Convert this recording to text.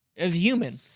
as human,